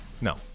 no